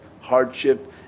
hardship